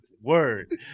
Word